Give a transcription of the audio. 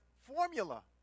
formula